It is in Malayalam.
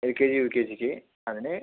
L K G U K ജിക്ക് അതിന്